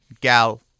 Gal